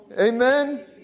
Amen